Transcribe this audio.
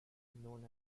known